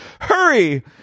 Hurry